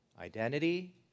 identity